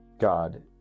God